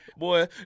Boy